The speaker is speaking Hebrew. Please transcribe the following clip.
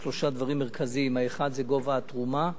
יש שלושה דברים מרכזיים: האחד זה גובה התרומה,